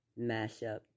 Mashup